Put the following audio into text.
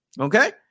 okay